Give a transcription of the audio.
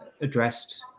addressed